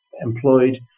employed